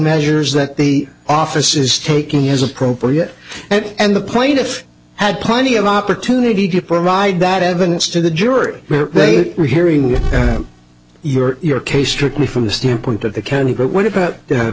measures that the office is taking is appropriate and the plaintiff had plenty of opportunity to provide that evidence to the jury they are hearing from your case strictly from the standpoint of the county but what about